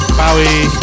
bowie